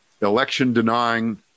election-denying